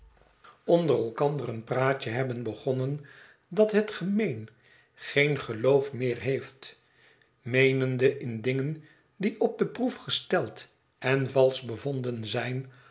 onder elkander een praatje hebben begonnen dat het gemeen geen geloof meer heeft meenende in dingen die op de proef gesteld en valsch bevonden zijn